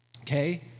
Okay